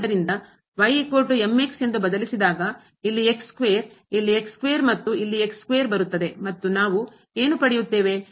ಆದ್ದರಿಂದ ಎಂದು ಬದಲಿಸಿದಾಗ ಇಲ್ಲಿ ಇಲ್ಲಿ ಮತ್ತು ಇಲ್ಲಿ ಬರುತ್ತದೆ ಮತ್ತು ನಾವು ಏನು ಪಡೆಯುತ್ತೇವೆ